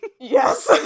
yes